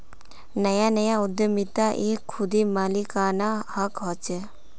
नया नया उद्दमितात एक खुदी मालिकाना हक़ होचे